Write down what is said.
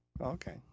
Okay